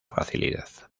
facilidad